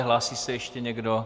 Hlásí se ještě někdo?